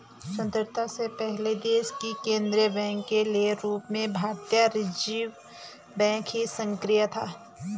स्वतन्त्रता से पहले देश के केन्द्रीय बैंक के रूप में भारतीय रिज़र्व बैंक ही सक्रिय था